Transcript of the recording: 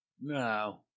no